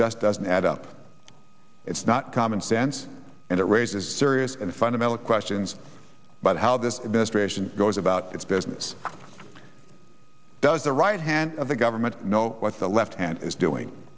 just doesn't add up it's not common sense and it raises serious and fundamental questions about how this administration goes about its business does the right hand of the government know what the left hand is doing